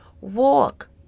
walk